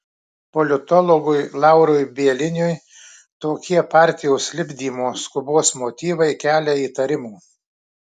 politologui laurui bieliniui tokie partijos lipdymo skubos motyvai kelia įtarimų